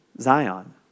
Zion